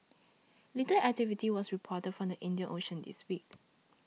little activity was reported from the Indian Ocean this week